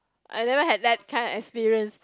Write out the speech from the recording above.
I never had that kind experience